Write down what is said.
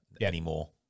anymore